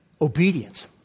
Obedience